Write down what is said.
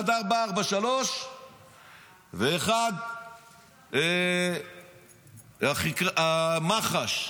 אחד 433, ואחד מח"ש.